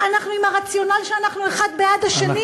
אנחנו עם הרציונל שאנחנו האחד בעד השני.